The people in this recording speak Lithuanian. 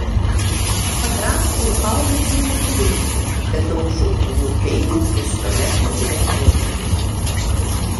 patrankų ir haubicų neturėti bet daug šautuvų ir peilių pistoletų ir revolverių